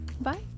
Bye